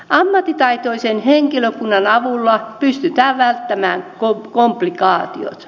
ammattitaitoisen henkilökunnan avulla pystytään välttämään komplikaatiot